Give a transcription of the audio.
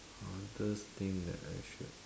hardest thing that I should